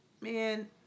man